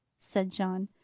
said john.